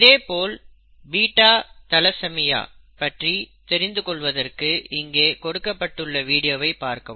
இதேபோல் beta thalassaemia பற்றி தெரிந்து கொள்வதற்கு இங்கே கொடுக்கப்பட்டுள்ள வீடியோவை பார்க்கவும்